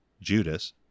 Judas